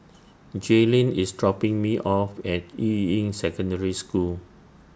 Jailyn IS dropping Me off At Yuying Secondary School